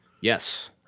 yes